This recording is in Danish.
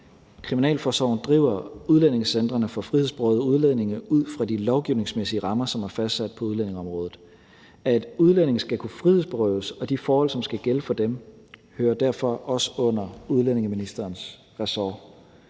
Kriminalforsorgen driver udlændingecentrene for frihedsberøvede udlændinge ud fra de lovgivningsmæssige rammer, som er fastsat på udlændingeområdet. At udlændinge skal kunne frihedsberøves, og de forhold, som skal gælde for dem, hører derfor også under udlændingeministerens ressort.